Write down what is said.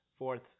fourth